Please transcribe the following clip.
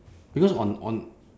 because on on